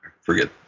forget